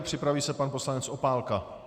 Připraví se pan poslanec Opálka.